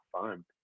fun